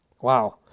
Wow